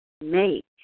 make